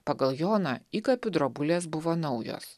pagal joną įkapių drobulės buvo naujos